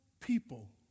people